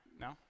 no